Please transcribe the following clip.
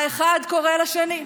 האחד קורא לשני,